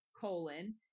colon